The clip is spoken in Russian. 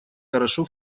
хорошо